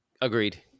Agreed